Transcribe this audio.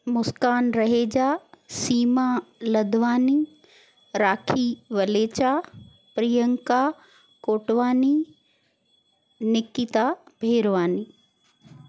Muskan Raheja Seema Ladwani Rakhi Walecha Priyanka Kotwani Nikita Ferwani